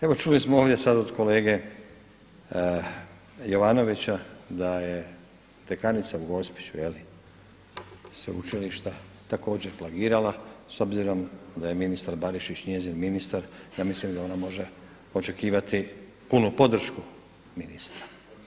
Evo čuli smo ovdje sada od kolege Jovanovića da je dekanica u Gospiću, je li, Sveučilišta također plagirala s obzirom da je ministar Barišić njezin ministar, ja mislim da ona može očekivati punu podršku ministra.